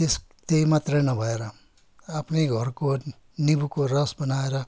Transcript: त्यस त्यही मात्र नभएर आफ्नै घरको निम्बुको रस बनाएर